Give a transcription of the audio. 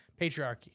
Patriarchy